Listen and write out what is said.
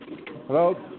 Hello